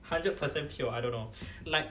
hundred percent pure I don't know like